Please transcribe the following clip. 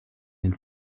den